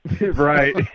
Right